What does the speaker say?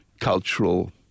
cultural